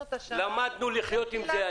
למדנו לחיות עם זה.